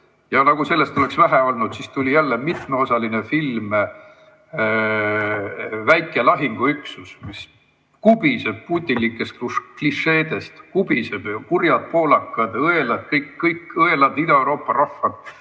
Ja nagu sellest oleks veel vähe olnud, tuli veel mitmeosaline film "Väike lahinguüksus", mis kubiseb putinlikest klišeedest – kurjad poolakad, kõik õelad Ida-Euroopa rahvad